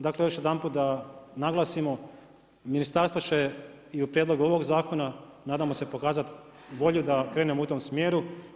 Dakle, još jedanput da naglasimo, ministarstvo će i u prijedlogu ovog zakona, nadamo se pokazati volju da krenemo u tom smjeru.